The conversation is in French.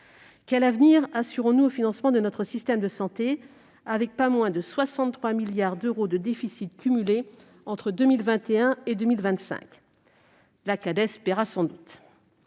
Quel avenir assurons-nous au financement de notre système de santé avec pas moins de 63 milliards d'euros de déficits cumulés entre 2021 et 2025 ? La Cades paiera sans doute